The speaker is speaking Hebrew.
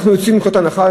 אנחנו יוצאים מנקודת הנחה,